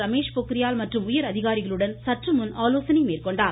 ரமேஷ் பொக்ரியால் மற்றும் உயரதிகாரிகளுடன் சற்றுமுன் ஆலோசனை மேற்கொண்டார்